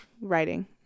writing